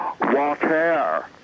water